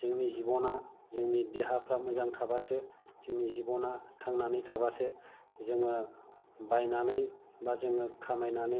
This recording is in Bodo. जोंनि जिबना जोंनि देहाफ्रा मोजां थाब्लासो जोंनि जिबना थांनानै थाब्लासो जोङो बायनानै एबा जोङो खामायनानै